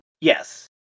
Yes